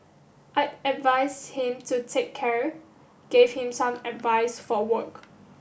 I advise him to take care gave him some advice for work